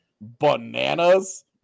bananas